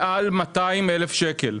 מעל 200 אלף שקלים.